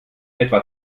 etwa